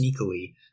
sneakily